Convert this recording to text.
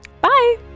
Bye